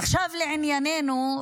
עכשיו לענייננו.